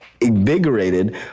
invigorated